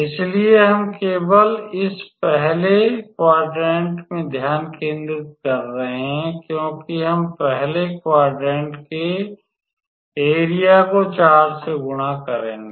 इसलिए हम केवल इस पहले चतुर्थांश में ध्यान केंद्रित कर रहे हैं क्योंकि हम पहले चतुर्थांश के क्षेत्रफल को 4 से गुणा करेंगे